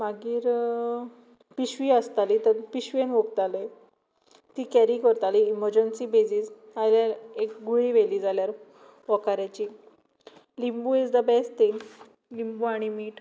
मागीर पिशवी आसताली पिशवेन ओकतालें ती कॅरी करताली एमरजंसी बेजीस नाल्यार एक गुळी व्हेली जाल्यार ओंकाऱ्याची लिंबू इज द बेस्ट थिंग लिंबू आनी मीठ